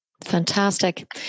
Fantastic